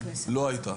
לא היתה.